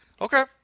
Okay